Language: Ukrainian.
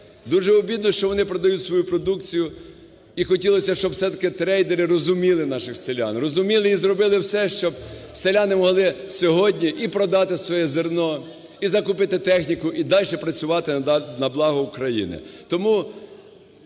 дуже обідно, що вони продають свою продукцію і хотілося, щоб все-таки трейдери розуміли наших селян. Розуміли і зробили все, щоб селяни могли сьогодні і продати своє зерно, і закупити техніку, і дальше працювати на благо України.